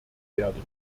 werden